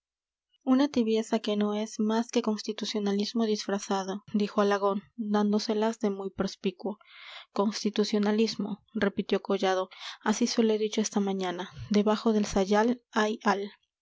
una tibieza que no es más que constitucionalismo disfrazado dijo alagón dándoselas de muy perspicuo constitucionalismo repitió collado así se lo he dicho esta mañana debajo del sayal hay al